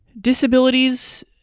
disabilities